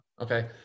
okay